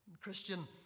Christian